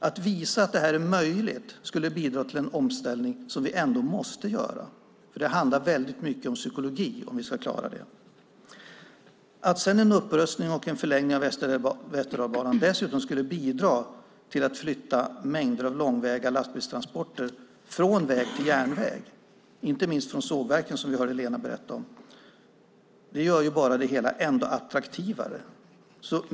Att visa att detta är möjligt skulle bidra till en omställning som vi ändå måste göra. Det handlar mycket om psykologi om vi ska klara det. Att en upprustning och förlängning av Västerdalsbanan dessutom skulle bidra till att flytta mängder av långväga lastbilstransporter från väg till järnväg, inte minst från sågverken som vi hörde Lena berätta om, gör det hela ändå attraktivare.